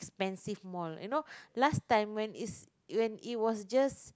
expensive mall you know last time when it's when it was just